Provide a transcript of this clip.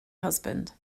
husband